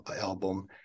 album